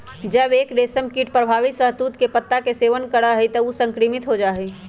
जब एक रेशमकीट प्रभावित शहतूत के पत्ता के सेवन करा हई त ऊ संक्रमित हो जा हई